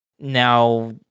Now